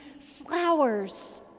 flowers